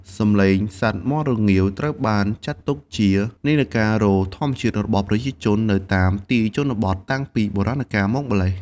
សំឡេងសត្វមាន់រងាវ ត្រូវបានចាត់ទុកជា នាឡិការោទ៍ ធម្មជាតិរបស់ប្រជាជននៅតាមទីជនបទតាំងពីបុរាណកាលមកម្ល៉េះ។